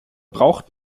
braucht